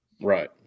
Right